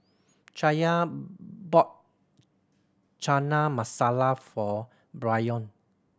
Chaya bought Chana Masala for Bryon